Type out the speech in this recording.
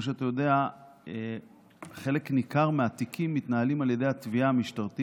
בזמנו שר החינוך דאז נפתלי בנט ענה לד"ר יוסף ג'בארין שהוא מוציא לכלל